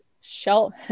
shell